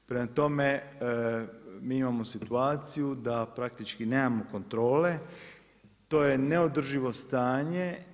Prema tome mi imamo situaciju da praktički nemamo kontrole, to je neodrživo stanje.